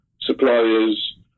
suppliers